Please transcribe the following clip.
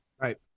Right